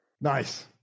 Nice